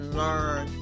learn